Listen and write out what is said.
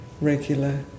regular